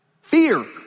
Fear